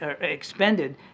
expended